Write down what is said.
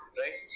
right